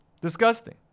Disgusting